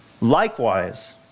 Likewise